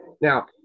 Now